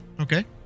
Okay